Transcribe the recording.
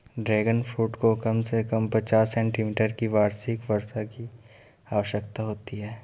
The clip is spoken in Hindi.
ड्रैगन फ्रूट को कम से कम पचास सेंटीमीटर की वार्षिक वर्षा की आवश्यकता होती है